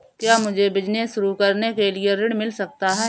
क्या मुझे बिजनेस शुरू करने के लिए ऋण मिल सकता है?